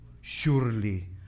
surely